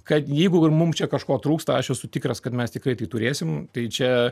kad jeigu ir mum čia kažko trūksta aš esu tikras kad mes tikrai tai turėsim tai čia